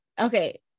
Okay